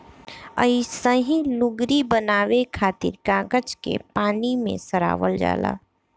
अइसही लुगरी बनावे खातिर कागज के पानी में सड़ावल जाला